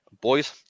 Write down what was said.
boys